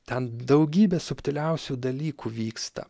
ten daugybė subtiliausių dalykų vyksta